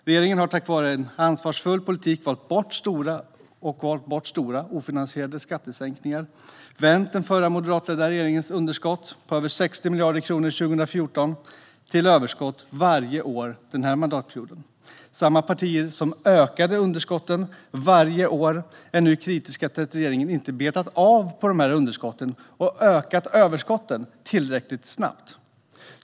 Regeringen har tack vare en ansvarsfull politik valt bort stora ofinansierade skattesänkningar och vänt den förra moderatledda regeringens underskott på över 60 miljarder kronor 2014 till överskott varje år den här mandatperioden. Samma partier som ökade underskotten varje år är nu kritiska till att regeringen inte har betat av de här underskotten och ökat överskotten tillräckligt snabbt.